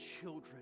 children